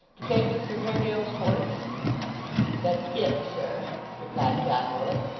to take mr haredale's horse that's it, sir replied john willet.